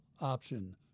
option